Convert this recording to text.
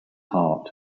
heart